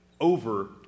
over